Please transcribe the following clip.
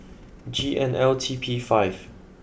G N L T P five